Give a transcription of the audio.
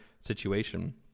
situation